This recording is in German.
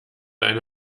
eine